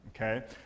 okay